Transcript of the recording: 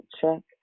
check